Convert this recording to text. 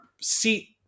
seat